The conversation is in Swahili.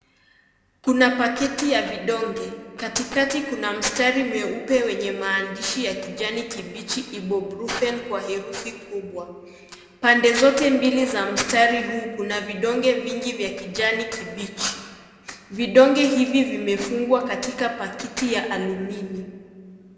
Kuna paketi ya vidonge katikati kuna msitari mweupe wenye maandishi ya kijani kibichi IBUPROFEN kwa herufi kubwa, pande zote mbili za msitari huu kuna vidonge vingi vya kijani kibichi, vidonge hivi vimefungwa katika paketi ya Alumini.